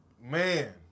Man